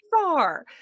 far